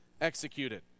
executed